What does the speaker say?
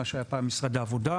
מה שהיה פעם משרד העבודה,